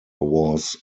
was